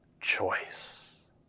choice